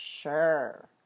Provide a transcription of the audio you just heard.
sure